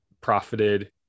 profited